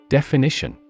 Definition